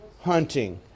hunting